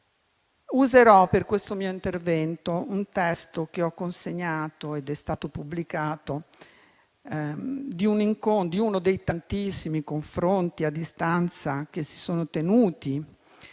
Userò per questo mio intervento un testo, che ho consegnato ed è stato pubblicato, di uno dei tantissimi confronti a distanza che si sono tenuti,